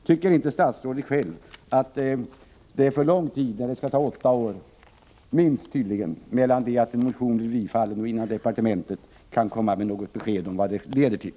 Tycker inte statsrådet själv att det är för lång tid, om det skall ta åtta år — minst, tydligen — från det att en motion har bifallits och till dess att departementet kan lämna besked om vad riksdagsbeslutet leder till?